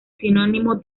sinónimo